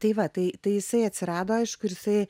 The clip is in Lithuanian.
tai va tai tai jisai atsirado aišku ir jisai